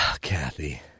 Kathy